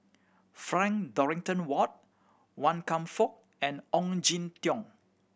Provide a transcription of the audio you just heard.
Frank Dorrington Ward Wan Kam Fook and Ong Jin Teong